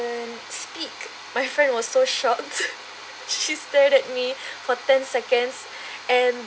speak my friend was so shocked she stared at me for ten seconds and